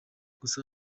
gusa